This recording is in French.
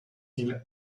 îles